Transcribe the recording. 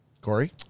Corey